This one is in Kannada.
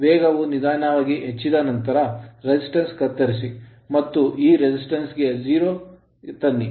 ವೇಗವು ನಿಧಾನವಾಗಿ ಹೆಚ್ಚಿದ ನಂತರ resistance ಪ್ರತಿರೋಧವನ್ನು ಕತ್ತರಿಸಿ ಮತ್ತು ಈ resiatnce ಪ್ರತಿರೋಧವನ್ನು 0 ಗೆ ತನ್ನಿ